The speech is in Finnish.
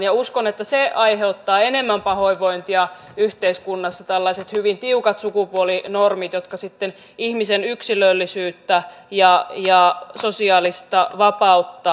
ja uskon että enemmän pahoinvointia yhteiskunnassa aiheuttavat tällaiset hyvin tiukat sukupuolinormit jotka sitten ihmisen yksilöllisyyttä ja sosiaalista vapautta ahdistavat